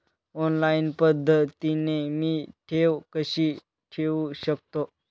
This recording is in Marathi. ऑनलाईन पद्धतीने मी ठेव कशी ठेवू शकतो?